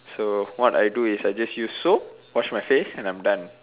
so what I do is I'll just use soap wash my face and I'm done